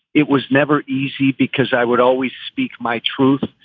it was never easy because i would always speak my truth.